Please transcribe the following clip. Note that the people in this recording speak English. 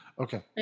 Okay